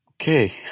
Okay